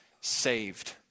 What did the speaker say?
saved